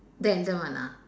the elder one ah